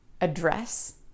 address